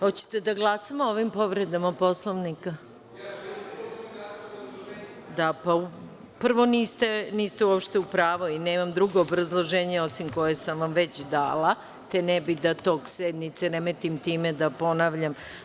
Hoćete da glasamo o ovim povredama Poslovnika? (Nemanja Šarović: Da li možete jednom da mi date obrazloženje?) Prvo, niste uopšte u pravu i nemam drugo obrazloženje, osim koje sam vam već dala, te ne bih da tok sednice remetim time da ponavljam.